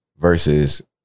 versus